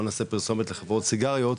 בשביל לא לעשות פרסומות לחברות סיגריות,